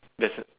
that's